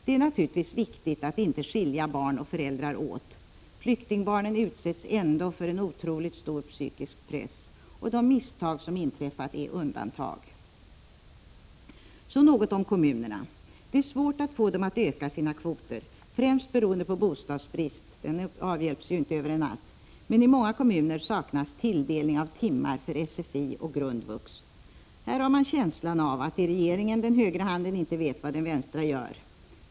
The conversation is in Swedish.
Det är naturligtvis viktigt att inte skilja barn och föräldrar åt. Flyktingbarnen utsätts ändå för en otroligt stor psykisk press. De misstag som inträffat är undantag. Så något om kommunerna. Det är svårt att få dem att öka sina kvoter, främst beroende på bostadsbrist, och den avhjälps inte över en natt. Men i många kommuner saknas tilldelning av timmar för svenska för invandrare och grundvux. Här har man känslan av att i regeringen den högra handen inte vet vad den vänstra gör.